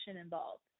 involved